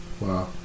Wow